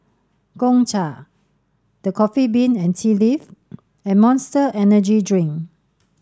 Gongcha The Coffee Bean and Tea Leaf and Monster Energy Drink